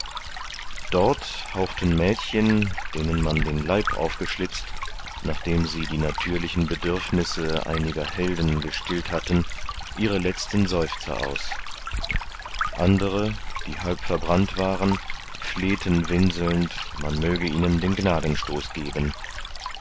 dort hauchten mädchen denen man den leib aufgeschlitzt nachdem sie die natürlichen bedürfnisse einiger helden gestillt hatten ihre letzten seufzer aus andere die halb verbrannt waren flehten winselnd man möge ihnen den gnadenstoß geben